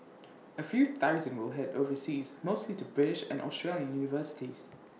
A few thousand will Head overseas mostly to British and Australian universities